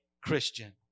Christian